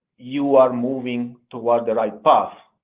you are moving toward the right path.